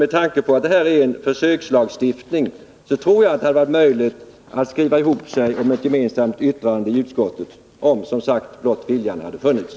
Med tanke på att det gäller en försökslagstiftning tror jag att det hade varit möjligt för utskottets ledamöter att åstadkomma en gemensam skrivning, om viljan härtill hade funnits.